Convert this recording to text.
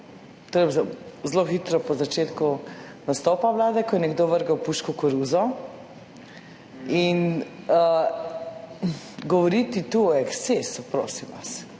zelo hitro po začetku nastopa vlade, ko je nekdo vrgel puško v koruzo. Govoriti tu o ekscesu, prosim vas.